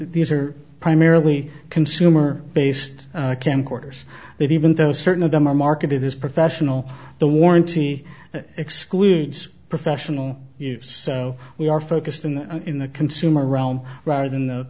these are primarily consumer based camcorders but even though certain of them are marketed as professional the warranty excludes professional so we are focused on that in the consumer realm rather than